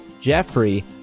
jeffrey